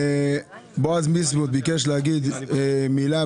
בועז ביסמוט ביקש להגיד מילה,